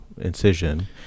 incision